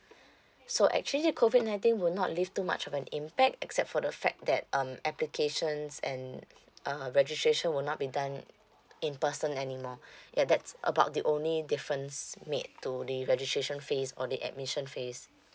so actually COVID nineteen will not leave too much of an impact except for the fact that um applications and uh registration will not be done in person anymore ya that's about the only difference made to the registration phase or the admission phase